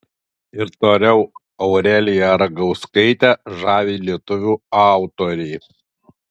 ir toliau aureliją ragauskaitę žavi lietuvių autoriai